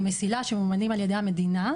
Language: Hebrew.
עם מסיל"ה שממומנים על ידי המדינה,